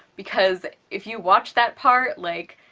because if you watch that part, like,